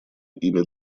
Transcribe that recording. ими